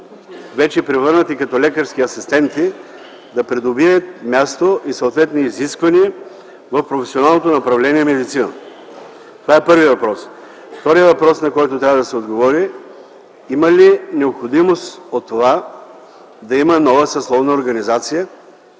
вече превърнати като лекарски асистенти, да придобият място и съответни изисквания в професионалното направление „медицина”? Това е първият въпрос. Вторият въпрос, на който трябва да се отговори, е: има ли необходимост от това да има нова съсловна организация